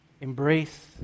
embrace